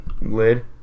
lid